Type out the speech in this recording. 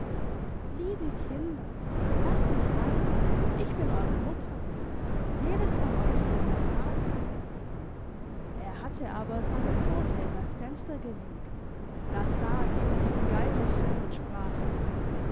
liebe kinder laßt mich ein ich bin eure mutter jedes von euch soll etwas haben er hatte aber seine pfote in das fenster gelegt das sahen die sieben geiserchen und sprachen